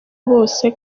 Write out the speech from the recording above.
bose